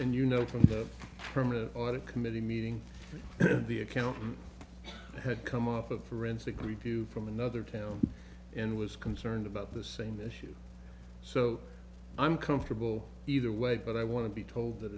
end you know from the from an audit committee meeting the accountant had come up with forensic review from another town and was concerned about the same issue so i'm comfortable either way but i want to be told that